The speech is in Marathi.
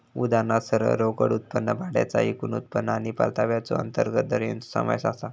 उदाहरणात सरळ रोकड उत्पन्न, भाड्याचा एकूण उत्पन्न आणि परताव्याचो अंतर्गत दर हेंचो समावेश आसा